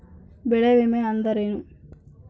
ಬೆಳೆ ವಿಮೆ ಅಂದರೇನು?